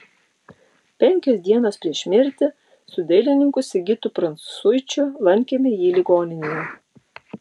penkios dienos prieš mirtį su dailininku sigitu prancuičiu lankėme jį ligoninėje